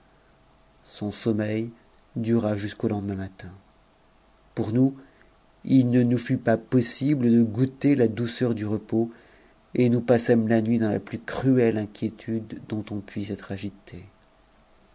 son sommeil dura j q lendemain matin pour nous il ne nous fut pas possible de goûter douceur du repos et nous passâmes la nuit dans la plus cruelle tnf dont on puisse être agité